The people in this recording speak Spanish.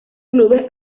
clubes